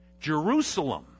Jerusalem